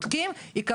כן.